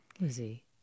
Lizzie